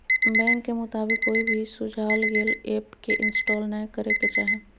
bank के मुताबिक, कोई भी सुझाल गेल ऐप के इंस्टॉल नै करे के चाही